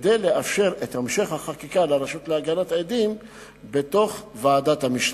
כדי לאפשר את המשך החקיקה של הרשות להגנת עדים בתוך ועדת המשנה.